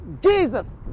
Jesus